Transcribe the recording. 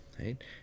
right